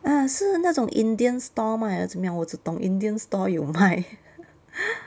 ah 是那种 indian stall 买的怎么样我只懂 indian store 有卖